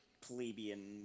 plebeian